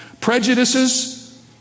prejudices